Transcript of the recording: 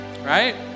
right